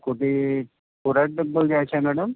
कोठे कोराडी टेंपल जायचं आहे मॅडम